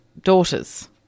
daughters